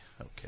Okay